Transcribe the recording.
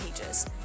pages